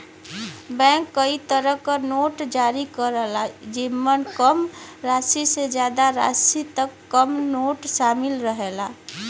bank कई तरे क नोट जारी करला जेमन कम राशि से जादा राशि तक क नोट शामिल रहला